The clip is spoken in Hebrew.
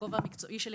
בכובע המקצועי שלי,